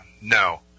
No